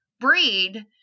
breed